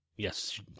Yes